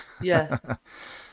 yes